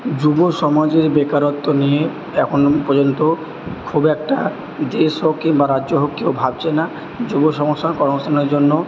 যুব সমাজের বেকারত্ব নিয়ে এখনো পর্যন্ত খুব একটা দেশ হোক কিংবা রাজ্য হোক কেউ ভাবছে না যুব সমস্যার কর্মস্থানের জন্য